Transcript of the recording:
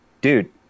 dude